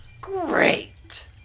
Great